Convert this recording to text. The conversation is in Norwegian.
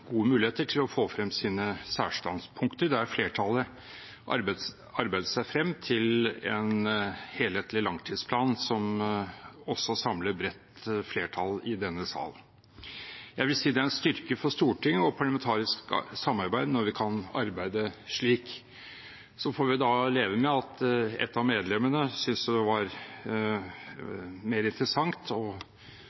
gode muligheter til å få frem sine særstandpunkter der flertallet arbeidet seg frem til en helhetlig langtidsplan som også samler et bredt flertall i denne sal. Jeg vil si det er en styrke for Stortinget og parlamentarisk samarbeid når vi kan arbeide slik. Så får vi leve med at et av medlemmene syntes det var